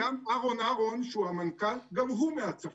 וגם אהרון אהרון, שהוא המנכ"ל, גם הוא מהצפון.